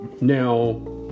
now